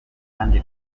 kandi